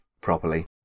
properly